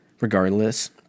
Regardless